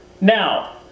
Now